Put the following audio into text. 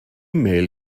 mail